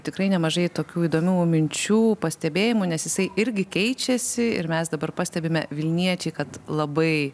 tikrai nemažai tokių įdomių minčių pastebėjimų nes jisai irgi keičiasi ir mes dabar pastebime vilniečiai kad labai